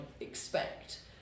expect